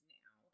now